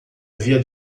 havia